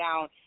down